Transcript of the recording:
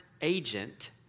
agent